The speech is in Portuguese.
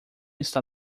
está